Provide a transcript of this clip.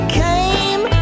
came